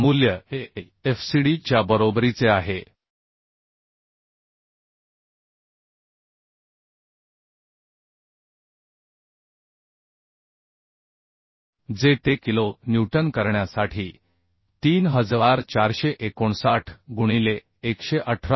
मूल्य हे a e FCD च्या बरोबरीचे आहे जे ते किलो न्यूटन करण्यासाठी 3459 गुणिले 118